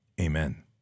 amen